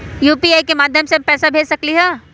UPI के माध्यम से हम पैसा भेज सकलियै ह?